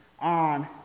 on